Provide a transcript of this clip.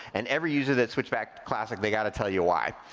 and every user that switched back to classic, they gotta tell you why.